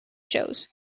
shows